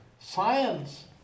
science